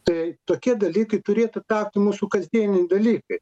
tai tokie dalykai turėtų tapti mūsų kasdieniai dalykai